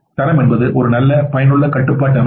எனவே தரம் என்பது ஒரு நல்ல பயனுள்ள கட்டுப்பாட்டு அமைப்பு